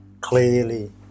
clearly